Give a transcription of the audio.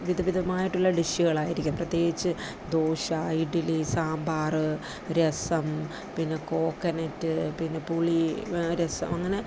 വിധവിധമായിട്ടുള്ള ഡിഷുകളായിരിക്കും പ്രത്യേകിച്ച് ദോശ ഇഡലി സാമ്പാറ് രസം പിന്നെ കോക്കനെറ്റ് പിന്നെ പുളി രസം അങ്ങനെ